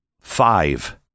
Five